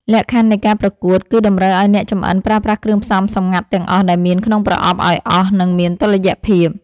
លក្ខខណ្ឌនៃការប្រកួតគឺតម្រូវឱ្យអ្នកចម្អិនប្រើប្រាស់គ្រឿងផ្សំសម្ងាត់ទាំងអស់ដែលមានក្នុងប្រអប់ឱ្យអស់ និងមានតុល្យភាព។